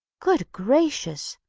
good gracious!